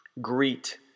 greet